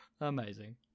amazing